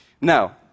Now